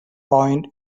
point